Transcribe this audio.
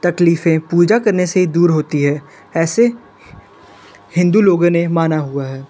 तकलीफें पूजा करने से दूर होती हैं ऐसे हिन्दू लोगों ने माना हुआ है